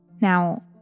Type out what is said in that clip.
Now